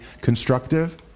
constructive